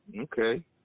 Okay